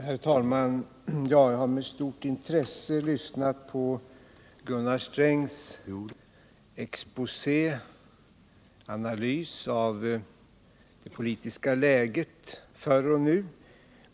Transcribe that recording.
Herr talman! Jag har med stort intresse lyssnat på Gunnar Strängs exposé över och analys av det politiska läget förr och nu.